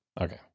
Okay